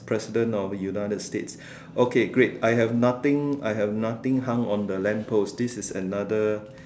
president of United States okay great I have nothing I have nothing hung on the lamp post this is another